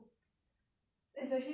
especially for like mums